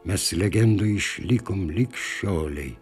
mes legendų išlikom lig šiolei